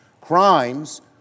Crimes